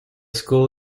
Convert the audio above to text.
school